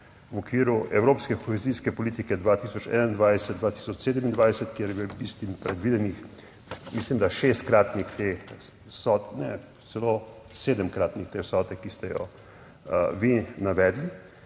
v okviru evropske kohezijske politike 2021-2027, kjer je bil predviden, mislim da 6-kratnik te vsote, celo 7-kratnik te vsote, ki ste jo vi navedli